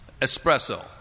espresso